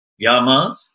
Yamas